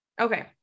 okay